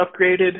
upgraded